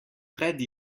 pred